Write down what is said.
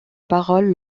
parole